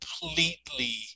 completely